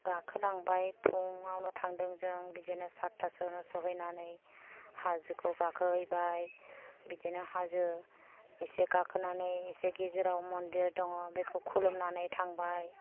गाखोलांबाय फुङावनो थांदों जों बिदिनो सात थासोआवनो सौहैनानै हाजोखौ गोखोहैबाय बिदिनो हाजो एसे गाखोनानै एसे गेजेराव मन्दिर दङ बेखौ खुलुमनानै थांबाय